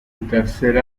tercer